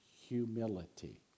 humility